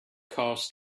cause